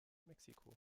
mexiko